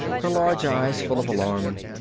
her large eyes full of alarm.